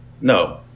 No